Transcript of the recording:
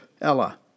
Ella